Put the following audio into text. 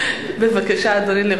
בבקשה, אדוני.